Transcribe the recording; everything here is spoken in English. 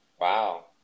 Wow